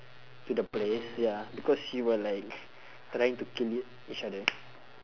to the place ya because she will like trying to kill each other